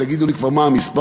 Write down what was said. תגידו לי כבר מה המספר.